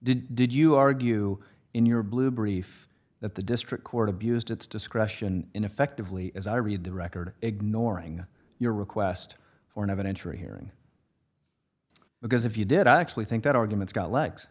this did you argue in your blue brief that the district court abused its discretion in effectively as i read the record ignoring your request for an interesting because if you did actually think that arguments got legs